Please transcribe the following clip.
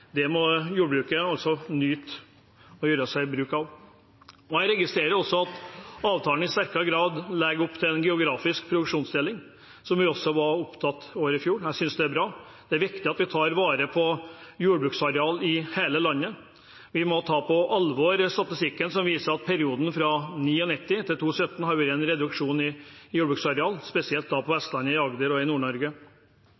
Det må jordbruket gjøre seg bruk av. Jeg registrerer også at avtalen i sterkere grad legger opp til geografisk produksjonsdeling, noe vi også var opptatt av i fjor. Det synes jeg er bra. Det er viktig at vi tar vare på jordbruksarealer i hele landet. Vi må ta på alvor statistikken som viser at det i perioden 1999–2017 har vært en reduksjon i jordbruksareal, spesielt på